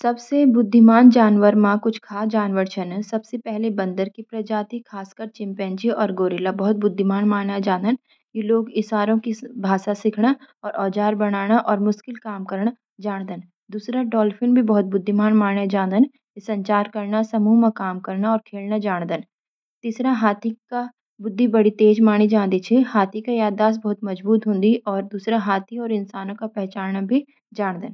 सबसे बुद्दिमान जानवरां मा कुछ खास जानवर चन। सबसे पहले बंदरां की प्रजाति, खासकर चिम्पांजी और गोरिल्ला, बहुत बुद्दिमान मान्या जांदन। ये लोग इशारों की भाषा सिखणा, औजार बनाणा और मुश्किल काम करणा जाणदन। दूसरा, डॉल्फिन भी बहुत बुद्दिमान मान्या जांदन। ये संचार करणा, समूह मा काम करणा और खेलणा जाणदन, जिण से इनकी समझदारी देखी जांदी। तीसरा, हाथी का बुद्दि बड़ी तेज मनी जांदी च। हाथी का याददाश्त बहुत मजबूत हुंदी, ऊ दूसरां हाथी और इंसानां का पहचानणा भी जाणदन।